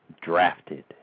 Drafted